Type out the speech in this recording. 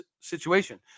situation